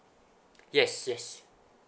yes yes